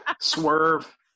Swerve